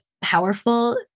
powerful